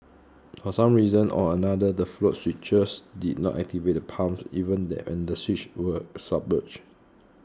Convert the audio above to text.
for some reason or another the float switches did not activate the pumps even the under switches were submerged